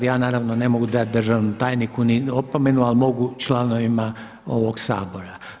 Ja naravno ne mogu dati državnom tajniku ni opomenu ali mogu članovima ovog Sabora.